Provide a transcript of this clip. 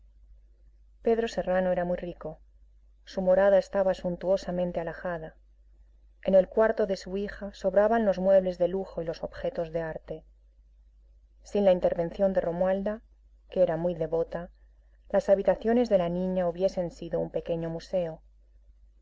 pedro serrano era muy rico su morada estaba suntuosamente alhajada en el cuarto de su hija sobraban los muebles de lujo y los objetos de arte sin la intervención de romualda que era muy devota las habitaciones de la niña hubiesen sido un pequeño museo